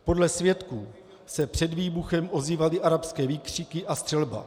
Podle svědků se před výbuchem ozývaly arabské výkřiky a střelba.